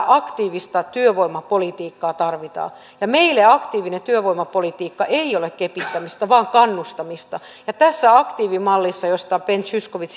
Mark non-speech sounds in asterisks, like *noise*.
*unintelligible* aktiivista työvoimapolitiikkaa tarvitaan ja meille aktiivinen työvoimapolitiikkaa ei ole kepittämistä vaan kannustamista ja tässä aktiivimallissa josta ben zyskowicz *unintelligible*